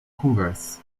conversa